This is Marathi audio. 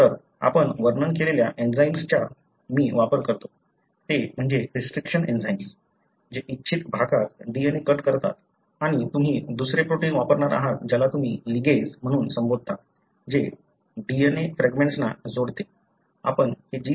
तर आपण वर्णन केलेल्या एन्झाईम्सचा मी वापर करतो ते म्हणजे रिस्ट्रिक्शन एन्झाईम्स जे इच्छित भागात DNA कट करतात आणि तुम्ही दुसरे प्रोटीन वापरणार आहात ज्याला तुम्ही लिगेस म्हणून संबोधता जे DNA च्या फ्रॅगमेंट्सना जोडते